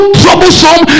troublesome